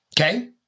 Okay